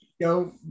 Go